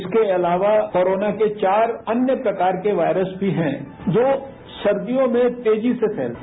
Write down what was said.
इसके अलावा कोरोना के चार अन्य प्रकार के वायरस भी हैं जो सर्दियों में तेजी से फैलते हैं